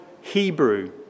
Hebrew